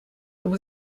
there